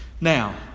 Now